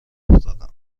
افتادم